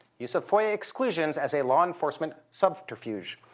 use of foia exclusions as a law enforcement subterfuge.